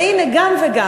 והנה, גם וגם.